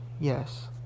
Yes